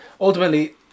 ultimately